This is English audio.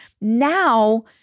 now